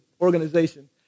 organization